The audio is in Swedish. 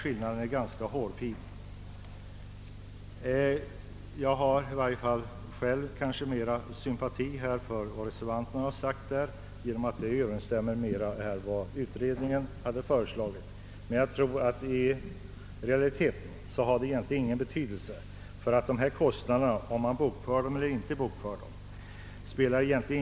Skillnaden är emellertid ganska hårfin. Reservationen överensstämmer mera med vad utredningen hade föreslagit än vad: utskottsmajoritetens förslag gör. Jag tror dock att det i realiteten inte har någon betydelse om dessa kostnader bokföres eller inte.